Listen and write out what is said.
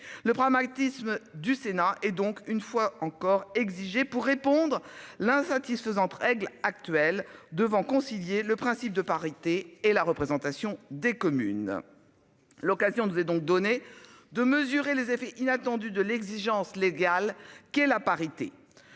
Le pragmatisme du Sénat et donc une fois encore exigé pour répondre l'insatisfaisante règles actuelles devant concilier le principe de parité et la représentation des communes. L'occasion nous est donc donné de mesurer les effets inattendus de l'exigence légale qu'est la parité.